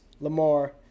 Lamar